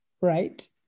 right